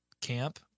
camp